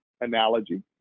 Analogy